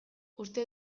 uste